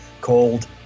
called